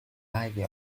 ivy